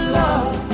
love